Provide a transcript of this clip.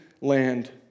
land